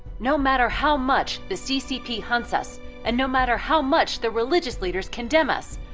no matter how much the ccp hunts us and no matter how much the religious leaders condemn us,